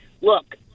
look